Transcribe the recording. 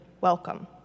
welcome